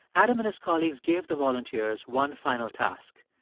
adam and his colleagues gave the volunteers one final task.